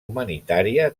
humanitària